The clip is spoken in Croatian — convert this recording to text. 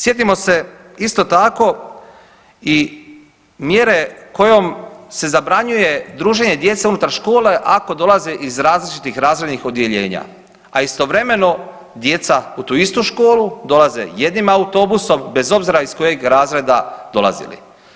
Sjetimo se isto tako, i mjere kojom se zabranjuje druženje djece unutar škole ako dolaze iz različitih razrednih odjeljenja, a istovremeno djeca u tu istu školu dolaze jednim autobusom, bez obzira iz kojeg razreda dolazili.